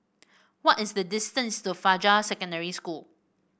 what is the distance to Fajar Secondary School